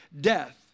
death